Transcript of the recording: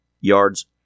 yards